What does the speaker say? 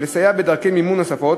ולסייע בדרכי מימון נוספות,